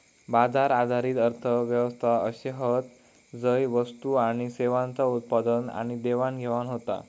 बाजार आधारित अर्थ व्यवस्था अशे हत झय वस्तू आणि सेवांचा उत्पादन आणि देवाणघेवाण होता